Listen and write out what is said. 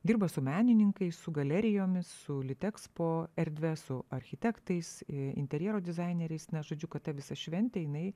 dirba su menininkais su galerijomis su litekspo erdve su architektais interjero dizaineriais na žodžiu kad ta visa šventė jinai